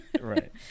right